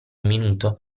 minuto